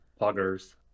Poggers